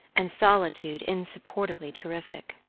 and solitude insupportably terrific.